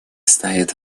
стоит